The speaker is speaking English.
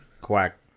quack